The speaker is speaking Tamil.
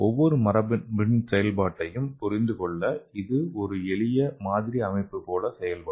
ஒவ்வொரு மரபணுவின் செயல்பாட்டையும் புரிந்து கொள்ள இது ஒரு எளிய மாதிரி அமைப்பு போல செயல்படும்